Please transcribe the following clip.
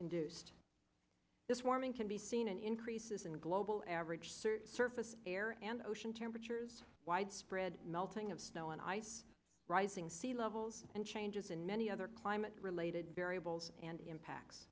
induced this warming can be seen and increases in global average search surface air and ocean temperatures widespread melting of snow and ice rising sea levels and changes in many other climate related variables and impacts